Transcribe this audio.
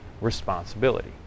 responsibility